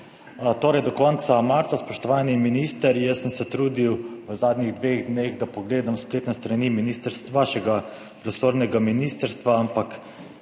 Torej do konca marca, spoštovani minister. Jaz sem se trudil v zadnjih dveh dneh, da pogledam spletne strani vašega resornega ministrstva, ampak